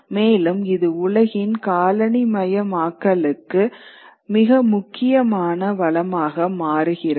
மேலும் இது உலகின் காலனித்துவமயமாக்கலுக்கு மிக முக்கியமான வளமாக மாறுகிறது